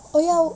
oh ya